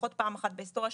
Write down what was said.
לפחות פעם אחת בהיסטוריה,